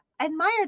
admire